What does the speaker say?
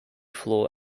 floor